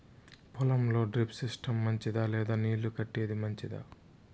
పొలం లో drip system మంచిదా లేదా నీళ్లు కట్టేది మంచిదా?